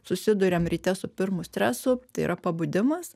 susiduriam ryte su pirmu stresu tai yra pabudimas